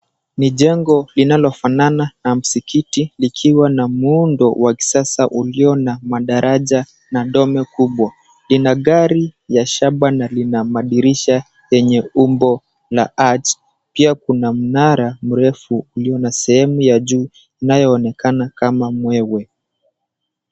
Ni jengo linalofanana na msikiti likiwa na muundo wa kisasa ulio na madaraja na dome kubwa, lina gari ya shaba na lina madirisha yenye umbo ya arch pia kuna mnara mrefu ulio na sehemu ya juu inayoonekana kama mwewe.